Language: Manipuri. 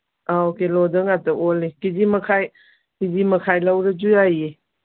ꯑꯧ ꯀꯤꯂꯣꯗ ꯉꯥꯛꯇ ꯑꯣꯜꯂꯤ ꯀꯦ ꯖꯤ ꯃꯈꯥꯏ ꯀꯦ ꯖꯤ ꯃꯈꯥꯏ ꯂꯧꯔꯁꯨ ꯌꯥꯏꯌꯦ